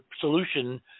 solution